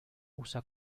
usa